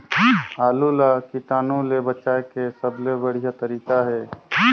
आलू ला कीटाणु ले बचाय के सबले बढ़िया तारीक हे?